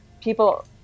people